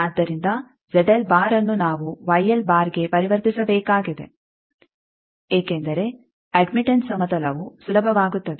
ಆದ್ದರಿಂದ ಅನ್ನು ನಾವು ಗೆ ಪರಿವರ್ತಿಸಬೇಕಾಗಿದೆ ಏಕೆಂದರೆ ಅಡ್ಮಿಟೆಂಸ್ ಸಮತಲವು ಸುಲಭವಾಗುತ್ತದೆ